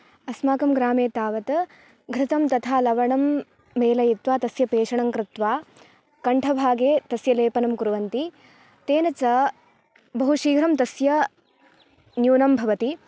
अस्माकं ग्रामे तावत् घृतं तथा लवणं मेलयित्वा तस्य पेषणं कृत्वा कण्ठभागे तस्य लेपनं कुर्वन्ति तेन च बहुशीघ्रं तस्य न्यूनं भवति